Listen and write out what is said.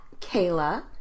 Kayla